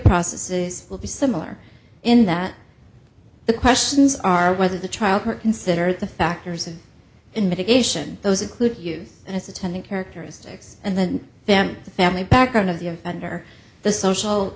processes will be similar in that the questions are whether the trial court considered the factors and in mitigation those include you as attending characteristics and then the family background of the of under the social